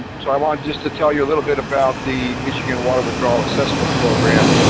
so i want just to tell you a little bit about the michigan water withdrawal assessment program